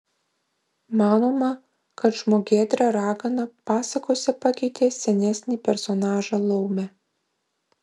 manoma kad žmogėdra ragana pasakose pakeitė senesnį personažą laumę